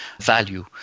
value